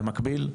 במקביל,